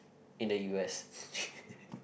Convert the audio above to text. in the U_S